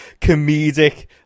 comedic